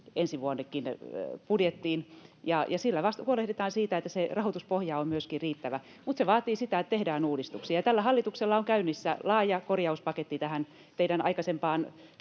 ensi vuodenkin budjettiin. Sillä huolehditaan siitä, että se rahoituspohja on myöskin riittävä, mutta se vaatii sitä, että tehdään uudistuksia. Tällä hallituksella on käynnissä laaja korjauspaketti tähän teidän aikaisempaan